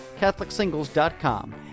CatholicSingles.com